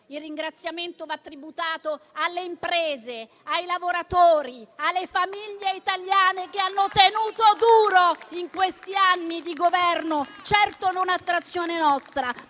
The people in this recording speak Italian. del momento storico, alle imprese, ai lavoratori e alle famiglie italiane che hanno tenuto duro in questi anni di Governo, certo non a trazione nostra.